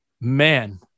Man